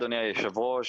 אדוני היושב-ראש,